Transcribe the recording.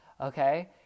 Okay